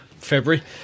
February